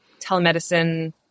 telemedicine